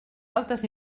altes